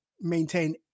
maintain